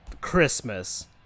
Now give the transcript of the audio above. Christmas